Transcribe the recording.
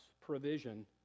provision